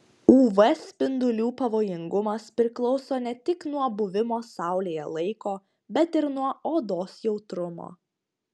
uv spindulių pavojingumas priklauso ne tik nuo buvimo saulėje laiko bet ir nuo odos jautrumo